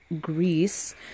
Greece